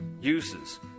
uses